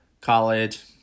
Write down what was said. college